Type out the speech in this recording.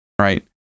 right